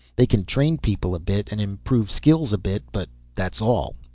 they can train people a bit, and improve skills a bit but that's all.